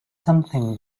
something